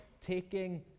taking